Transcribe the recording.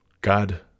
God